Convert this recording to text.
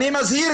דופן.